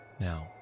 Now